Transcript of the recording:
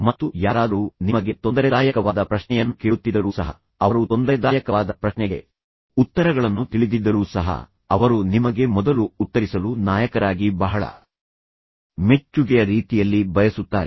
ಮತ್ತು ಯಾರಾದರೂ ನಿಮಗೆ ತೊಂದರೆದಾಯಕವಾದ ಪ್ರಶ್ನೆಯನ್ನು ಕೇಳುತ್ತಿದ್ದರೂ ಸಹ ಅವರು ತೊಂದರೆದಾಯಕವಾದ ಪ್ರಶ್ನೆಗೆ ಉತ್ತರಗಳನ್ನು ತಿಳಿದಿದ್ದರೂ ಸಹ ಅವರು ನಿಮಗೆ ಮೊದಲು ಉತ್ತರಿಸಲು ನಾಯಕರಾಗಿ ಬಹಳ ಮೆಚ್ಚುಗೆಯ ರೀತಿಯಲ್ಲಿ ಬಯಸುತ್ತಾರೆ